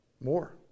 more